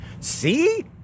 see